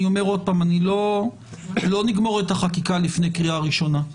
לא נגמור את החקיקה לפני קריאה ראשונה,